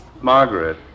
Margaret